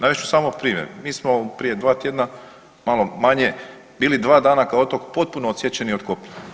Navest ću samo primjer, mi smo prije 2 tjedna malo manje bili 2 dana kao otok potpuno odsječeni od kopna.